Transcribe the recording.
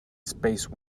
space